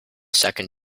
second